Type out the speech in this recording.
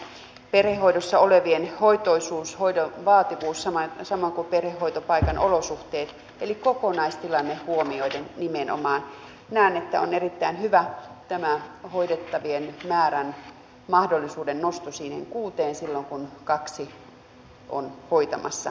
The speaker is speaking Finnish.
perhehoidossa olevien hoitoisuus hoidon vaativuus samoin kuin perhehoitopaikan olosuhteet eli nimenomaan kokonaistilanne huomioiden näen että on erittäin hyvä tämä hoidettavien määrän mahdollisuuden nosto kuuteen silloin kun kaksi on hoitamassa perheessä